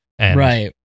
Right